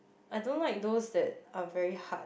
I don't like those that are very hard